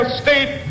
state